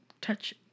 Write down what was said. touch